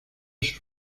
sus